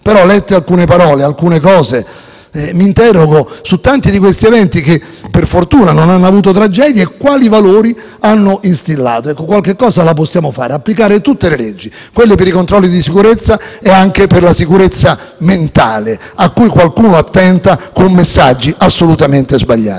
però lette alcune parole e alcune cose mi interrogo su tanti di questi eventi, che per fortuna non hanno avuto tragedie, e quali valori hanno instillato. Qualche cosa la possiamo fare: applicare tutte le leggi, quelle per i controlli di sicurezza e anche per la sicurezza mentale, alla quale qualcuno attenta con messaggi assolutamente sbagliati.